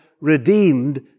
redeemed